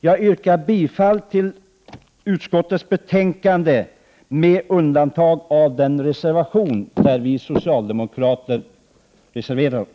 Jag yrkar bifall till hemställan i utskottets betänkande med undantag för mom. 42, där vi socialdemokrater har en reservation.